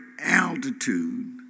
altitude